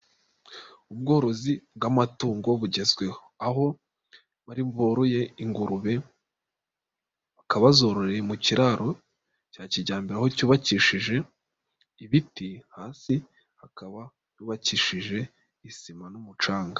Ubworozi bw'amatungo bugezweho, aho boroye ingurube, bakaba bazororeye mu kiraro cya kijyambere, cyubakishije ibiti, hasi hakaba hubakishije isima n'umucanga.